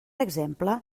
exemple